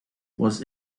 was